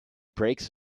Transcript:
breaks